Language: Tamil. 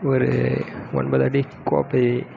ஒரு ஒன்பது அடி கோப்பை